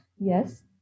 yes